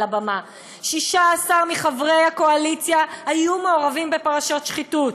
על הבמה: 16 מחברי הקואליציה היו מעורבים בפרשות שחיתות.